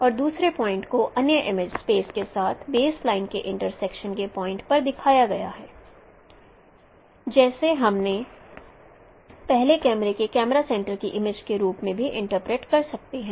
और दूसरे पॉइंट को अन्य इमेज स्पेस के साथ बेस लाइन के इंट्रसेक्शन के पॉइंट पर दिखाया गया है जिसे हम पहले कैमरे के कैमरा सेंटर की इमेज के रूप में भी इंटरप्रेट कर सकते हैं